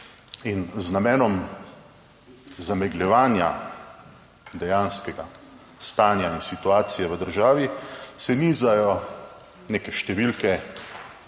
In z namenom zamegljevanja dejanskega stanja in situacije v državi, se nizajo neke številke,